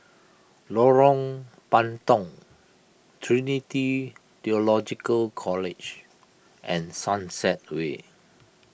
Lorong Puntong Trinity theological College and Sunset Way